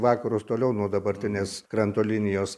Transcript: vakarus toliau nuo dabartinės kranto linijos